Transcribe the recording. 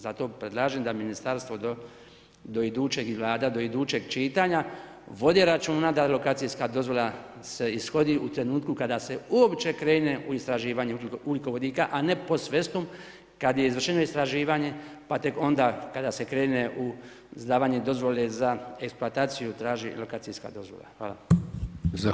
Zato predlažem da ministarstvo do idućeg i Vlada do idućeg čitanja vodi računa da lokacijska dozvola se ishodi u trenutku kada se uopće krene u istraživanje ugljikovodika, a ne post festum kada je izvršeno istraživanje pa tek onda kada se krene u izdavanje dozvole za eksploataciju traži lokacijska dozvola.